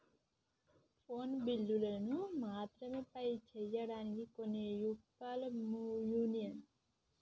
phone బిల్లులు మాత్రమే pay చెయ్యడానికి కొన్ని యాపులు వున్నయ్